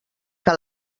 que